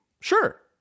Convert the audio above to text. Sure